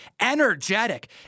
energetic